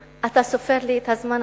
אדוני השר, אתה סופר לי את הזמן?